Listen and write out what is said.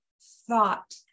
thought